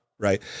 Right